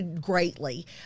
greatly